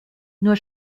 nur